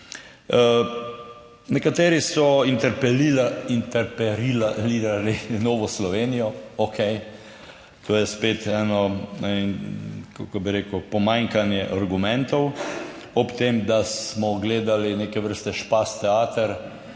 Nekateri so interpelirali Novo Slovenijo, okej. To je spet eno, kako bi rekel, pomanjkanje argumentov ob tem, da smo gledali neke vrste špas teater